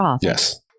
Yes